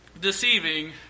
deceiving